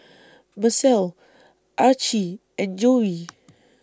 Macel Archie and Joe